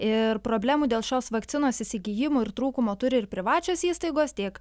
ir problemų dėl šios vakcinos įsigijimo ir trūkumo turi ir privačios įstaigos tiek